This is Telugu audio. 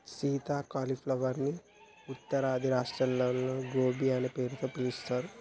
సీత క్యాలీఫ్లవర్ ని ఉత్తరాది రాష్ట్రాల్లో గోబీ అనే పేరుతో పిలుస్తారు